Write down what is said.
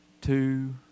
two